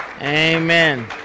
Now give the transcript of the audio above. Amen